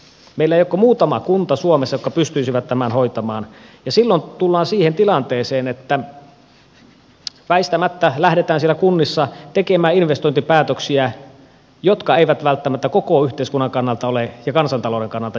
meillä ei ole suomessa kuin muutama kunta jotka pystyisivät tämän hoitamaan ja silloin tullaan siihen tilanteeseen että väistämättä lähdetään siellä kunnissa tekemään investointipäätöksiä jotka eivät välttämättä koko yhteiskunnan ja kansantalouden kannalta ole järkeviä